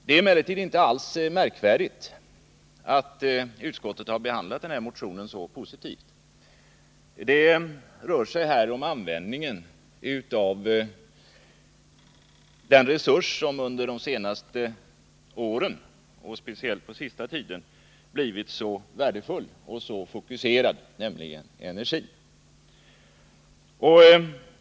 Det är emellertid inte alls märkvärdigt att utskottet har behandlat motionen så positivt. Det rör sig om användningen av den resurs som under de senaste åren — och speciellt på senaste tiden — blivit särskilt värdefull och fokuserad, nämligen energi.